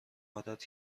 عادت